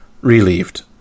relieved